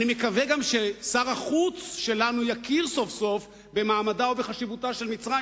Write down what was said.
אני מקווה גם ששר החוץ שלנו יכיר סוף-סוף במעמדה ובחשיבותה של מצרים,